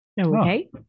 Okay